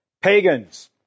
pagans